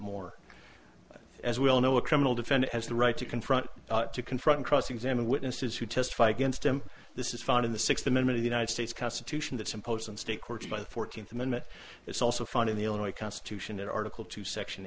more as we all know a criminal defendant has the right to confront to confront cross examine witnesses who testify against him this is found in the sixth amendment the united states constitution that some posts and state courts by the fourteenth amendment it's also found in the illinois constitution that article two section